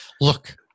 look